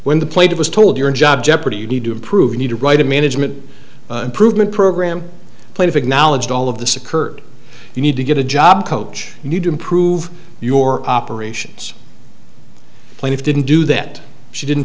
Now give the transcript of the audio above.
when the plate it was told your job jeopardy you need to improve you need to write a management proven program plaintiff acknowledged all of this occurred you need to get a job coach need to improve your operations plan if didn't do that she didn't